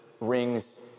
rings